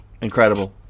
Incredible